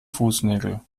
fußnägel